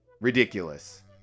Ridiculous